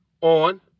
on